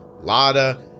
LADA